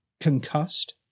concussed